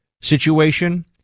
situation